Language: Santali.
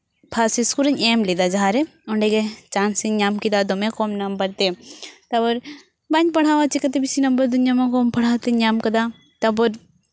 ᱯᱷᱟᱥ ᱤᱥᱠᱩᱞ ᱨᱤᱧ ᱮᱢ ᱞᱮᱫᱟ ᱡᱟᱦᱟᱸᱨᱮ ᱚᱸᱰᱮᱜᱮ ᱪᱟᱱᱥᱤᱧ ᱧᱟᱢ ᱠᱮᱫᱟ ᱫᱚᱢᱮ ᱠᱚᱢ ᱱᱟᱢᱵᱟᱨ ᱛᱮ ᱛᱟᱨᱯᱚᱨ ᱵᱟᱹᱧ ᱯᱟᱲᱦᱟᱣᱟ ᱪᱤᱠᱟᱹᱛᱮ ᱵᱮᱥᱤ ᱱᱚᱢᱵᱚᱨ ᱫᱚᱧ ᱧᱟᱢᱟ ᱠᱚᱢ ᱯᱟᱲᱦᱟᱣ ᱛᱤᱧ ᱧᱟᱢ ᱠᱟᱫᱟ ᱛᱟᱨᱯᱚᱨ